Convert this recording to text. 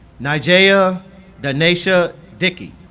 de'nasia de'nasia dickey